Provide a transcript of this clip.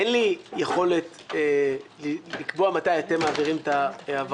אין לי יכולת לקבוע מתי אם מעבירים את העברות.